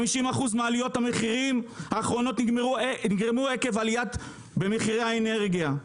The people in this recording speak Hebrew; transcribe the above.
50% מעליות המחירים האחרונות נגרמו עקב עליות במחירי האנרגיה.